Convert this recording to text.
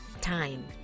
time